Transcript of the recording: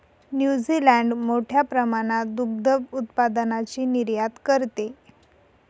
New Zealand मोठ्या प्रमाणात दुग्ध उत्पादनाची निर्यात करते